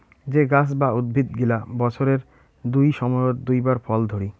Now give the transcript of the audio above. যে গাছ বা উদ্ভিদ গিলা বছরের দুই সময়ত দুই বার ফল ধরি